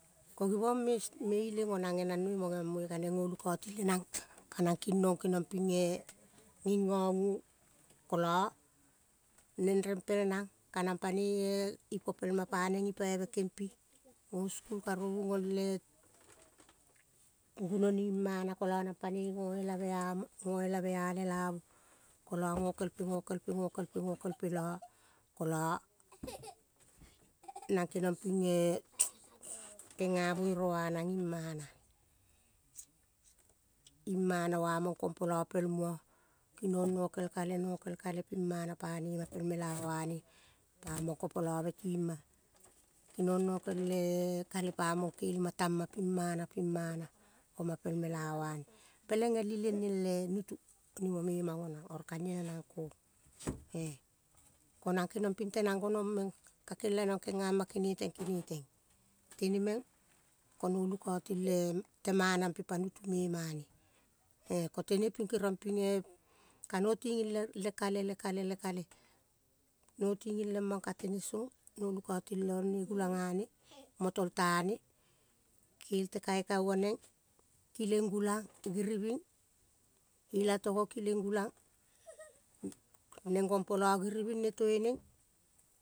Ko givong me ileng nang genang noi gemang moi ka neng go lukauting lenang. Ka nang king nong geniong ping eh ging goguong, kolo neng rempel nang, ka nang panoi eh ipo pel ma paneng gipaive kempi go skul karovu gol eh gunoni ing mana, ka nang panoi go elave a lelavu, kolo gokel pe, gokel pe, gokel pe lo kolo nang keniong ping eh genga buere uanang imana, imana ua mong kong polo pel muo kinong nokel kale ping mana pane ma pel mela uane pamong kopolove, kinong nokel eh. Kale pamong kel ma tang ma ping mana ping mana ping mana oma pel mela uane peleng el ileng niel eh nutu nimo memong oh nang oro ka niel nang kong ko nang keniong ping tenang gonong meng kakiel kegama keneteng keheteng tene meng ko no lukauting le temana pe pa nutu me mane eh. Kotene ping kerong ping eh, kano tingig le kale, le kale, lekale, no tingig lemong katene song no lukauting leong ne gulang gane motol tane kel te kaikai oneng kileng gulang girivng, ilatogo kileng gulang neng gong polo giriving ne tueneng.